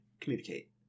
communicate